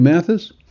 Mathis